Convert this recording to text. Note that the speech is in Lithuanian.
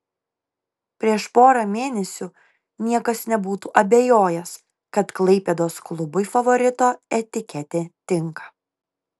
prieš porą mėnesių niekas nebūtų abejojęs kad klaipėdos klubui favorito etiketė tinka